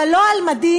אבל לא על מדים,